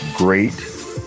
Great